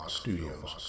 studios